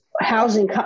housing